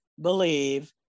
believe